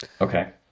Okay